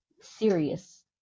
serious